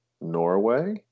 Norway